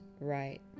right